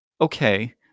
Okay